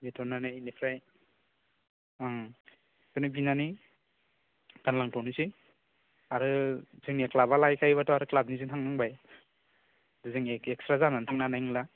बिथ'नानै इनिफ्राय उम बेखौनो बिनानै गानलांथ'नोसै आरो जोंनि क्लाबा लायखायोबाथ' जोंनि क्लाबजोंनो थानो होबाय जोंनिखो एक्सट्रा जानानै थांनो हानाय नोंला